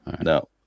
no